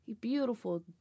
Beautiful